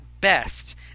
best